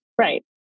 right